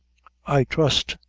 i trust,